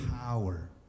power